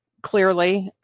clearly,